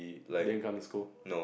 then come to school